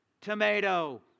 Tomato